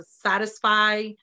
satisfy